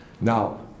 Now